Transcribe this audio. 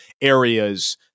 areas